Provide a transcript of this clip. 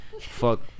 Fuck